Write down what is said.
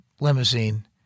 limousine